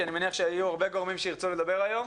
כי אני מניח שיהיו הרבה גורמים שירצו לדבר היום,